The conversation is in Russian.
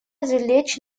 извлечь